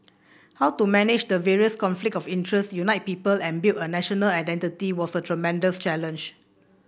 how to manage the various conflict of interest unite people and build a national identity was a tremendous challenge